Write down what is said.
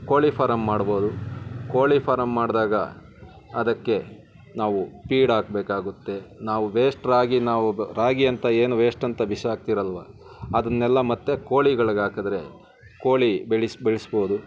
ಕೋಳಿ ಫಾರಮ್ ಮಾಡ್ಬೋದು ಕೋಳಿ ಫಾರಮ್ ಮಾಡಿದಾಗ ಅದಕ್ಕೆ ನಾವು ಫೀಡಾಕ್ಬೇಕಾಗುತ್ತೆ ನಾವು ವೇಸ್ಟ್ ರಾಗಿ ನಾವು ಬ ರಾಗಿ ಅಂತ ಏನು ವೇಸ್ಟಂತ ಬಿಸಾಕ್ತಿರಲ್ವಾ ಅದನ್ನೆಲ್ಲ ಮತ್ತು ಕೋಳಿಗಳಿಗಾಕಿದ್ರೆ ಕೋಳಿ ಬೆಳೆ ಬೆಳೆಸ್ಬೋದು